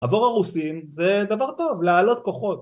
עבור הרוסים זה דבר טוב, להעלות כוחות